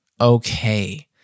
Okay